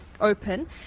open